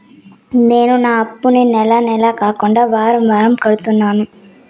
నేను నా అప్పుని నెల నెల కాకుండా వారం వారం కడుతున్నాను